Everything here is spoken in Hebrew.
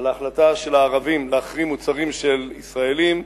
על ההחלטה של הערבים להחרים מוצרים של ישראלים,